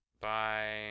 bye